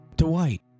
Dwight